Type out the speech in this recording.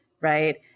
right